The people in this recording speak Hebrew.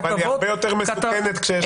-- אבל היא הרבה יותר מסוכנת כשיש קורונה.